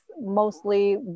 mostly